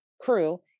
crew